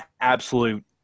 absolute